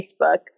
Facebook